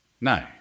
No